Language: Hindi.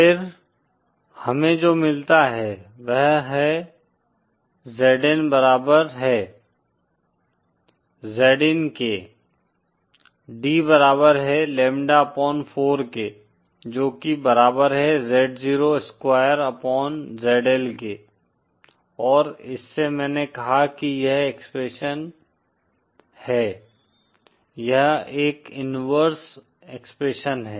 फिर हमें जो मिलता है वह Zn बराबर है Zin के D बराबर है लैम्ब्डा अपॉन 4 के जो की बराबर है Z 0 स्क्वायर अपॉन ZL के और इससे मैंने कहा कि यह एक्सप्रेशन है यह एक इनवर्स एक्सप्रेशन है